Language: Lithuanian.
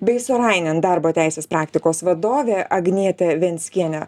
bei sorainen darbo teisės praktikos vadovė agnietė venckienė